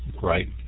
right